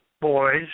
boys